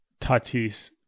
Tatis